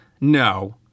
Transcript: No